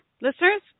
listeners